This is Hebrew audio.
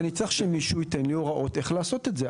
כי אני צריך שמישהו ייתן לי הוראות איך לעשות את זה.